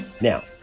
Now